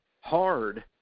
hard